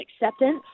acceptance